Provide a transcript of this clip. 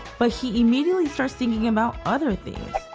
but he immediately starts thinking about other things.